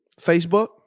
Facebook